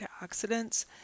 antioxidants